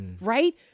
right